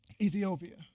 Ethiopia